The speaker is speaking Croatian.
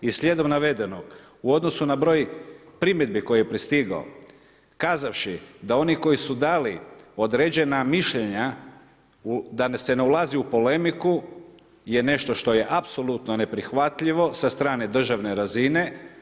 I slijedom navedenog u odnosu na broj primjedbi koji je pristigao kazavši da oni koji su dali određena mišljenja da se ne ulazi u polemiku, je nešto što je apsolutno neprihvatljivo sa strane državne razine.